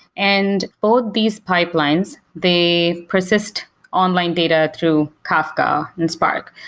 and both these pipelines, they persist online data through kafka and spark.